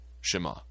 Shema